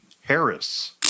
Harris